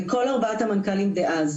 כל ארבעת המנכ"לים דאז